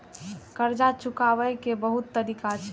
कर्जा चुकाव के बहुत तरीका छै?